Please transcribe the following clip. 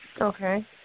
Okay